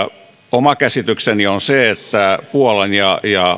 oma käsitykseni on se että puolan ja ja